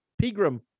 Pegram